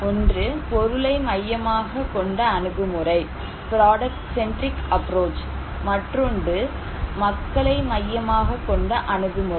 ஒன்று பொருளை மையமாகக்கொண்ட அணுகுமுறை மற்றொன்று மக்களை மையமாகக் கொண்ட அணுகுமுறை